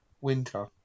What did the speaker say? Winter